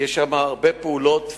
יש הרבה פעולות,